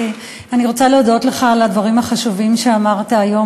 אני רוצה להודות לך על הדברים החשובים שאמרת היום